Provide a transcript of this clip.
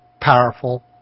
powerful